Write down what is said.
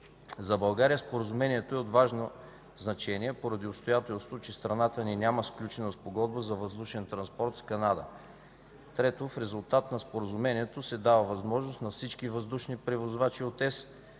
За България Споразумението е от важно значение поради обстоятелството, че страната ни няма сключена спогодба за въздушен транспорт с Канада. ІІІ. В резултат на Споразумението се дава възможност на всички въздушни превозвачи от